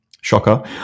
shocker